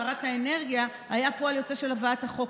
שרת האנרגיה היה פועל יוצא של הבאת החוק,